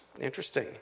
Interesting